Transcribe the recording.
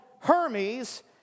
Hermes